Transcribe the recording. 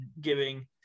giving